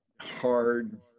hard